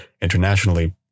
internationally